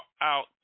out